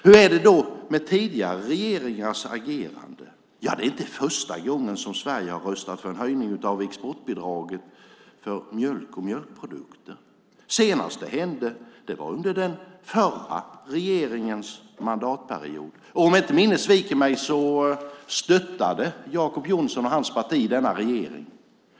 Hur är det då med tidigare regeringars agerande? Det är inte första gången som Sverige har röstat för en höjning av exportbidraget för mjölk och mjölkprodukter. Senast det hände var under den förra regeringens mandatperiod. Om inte minnet sviker mig stöttade Jacob Johnson och hans parti denna regering.